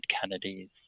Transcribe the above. Kennedys